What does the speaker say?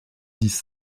dix